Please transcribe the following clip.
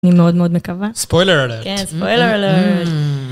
אני מאוד מאוד מקווה. Spoiler alert. כן, spoiler alert.